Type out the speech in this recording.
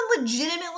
legitimately